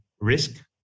risk